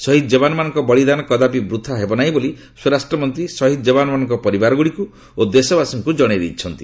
ଶହିଦ୍ ଯବାନମାନଙ୍କ ବଳିଦାନ କଦାପି ବୃଥା ହେବ ନାହିଁ ବୋଲି ସ୍ୱରାଷ୍ଟ୍ରମନ୍ତ୍ରୀ ଶହୀଦ ଯବାନମାନଙ୍କ ପରିବାରକୁ ଓ ଦେଶବାସୀଙ୍କୁ ଜଣାଇଛନ୍ତି